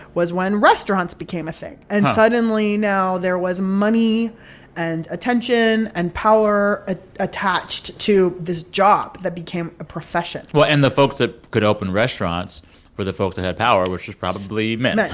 was when restaurants became a thing. and suddenly, now there was money and attention and power ah attached to this job that became a profession well, and the folks that could open restaurants were the folks that had power, which was probably men men,